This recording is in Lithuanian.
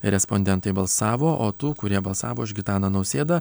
respondentai balsavo o tų kurie balsavo už gitaną nausėdą